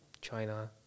China